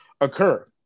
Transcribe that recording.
occur